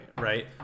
right